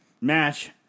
match